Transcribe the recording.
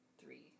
three